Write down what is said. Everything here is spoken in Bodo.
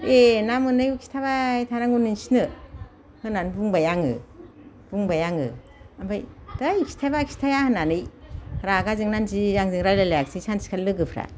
ऐ ना मोननायखौ खिथाबाय थानांगौ नोंसिनो होननानै बुंबाय आङो बुंबाय आङो ओमफ्राय थै खिथायाबा खिथाया होननानै रागा जोंना जि आंजों रायलायलायासै सानसेखालि लोगोफ्रा